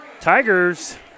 Tigers